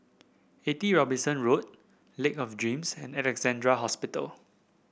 Eighty Robinson Road Lake of Dreams and Alexandra Hospital